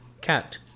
cat